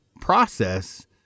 process